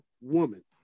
woman